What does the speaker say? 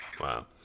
Wow